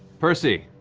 percy.